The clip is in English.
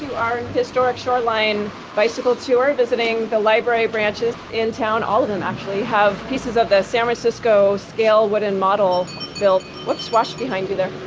our historic shoreline bicycle tour, visiting the library branches in town. all of them actually have pieces of the san francisco scale wooden model built, oops, watch behind you there.